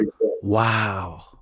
Wow